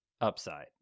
upside